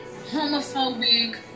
homophobic